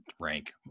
rank